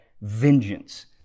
vengeance